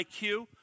IQ